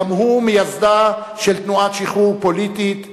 גם הוא מייסדה של תנועת שחרור פוליטית,